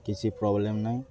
କିଛି ପ୍ରୋବ୍ଲେମ୍ ନାହିଁ